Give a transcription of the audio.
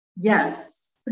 yes